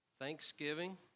Thanksgiving